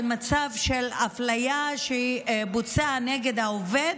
על מצב של אפליה שבוצעה נגד העובד,